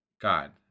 God